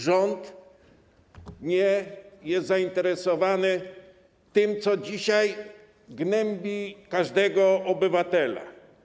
Rząd nie jest zainteresowany tym, co dzisiaj gnębi każdego obywatela.